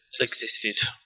existed